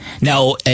Now